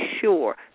sure